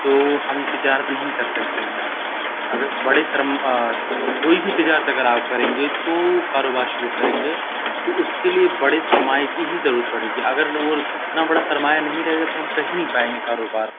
تو ہم تجارت نہیں کر سکتے ہیں اگر بڑے سرم کوئی بھی تجارت آپ کریں گے تو کاروبار شروع کریں گے تو اس کے لیے بڑے سرمایے کی ہی ضرورت پڑے گی اگر لور اتنا بڑا سرمایہ نہیں رہے گا تو ہم کر ہی نہیں پائیں گے کاروبار